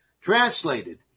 Translated